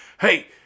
hey